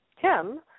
Tim